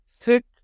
thick